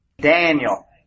Daniel